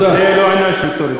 זה לא עניין של טרור.